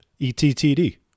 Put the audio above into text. ETTD